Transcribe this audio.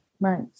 Right